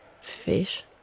Fish